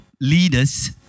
leaders